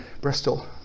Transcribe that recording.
Bristol